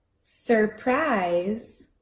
surprise